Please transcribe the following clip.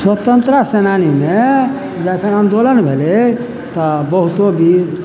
स्वतन्त्र सेनानीमे जखन आन्दोलन भेलै तऽ बहुतो वीर